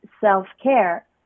self-care